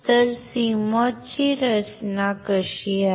तर CMOS ची रचना अशी आहे